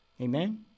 Amen